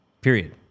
period